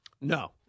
No